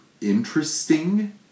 interesting